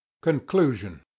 Conclusion